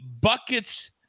Buckets